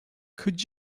could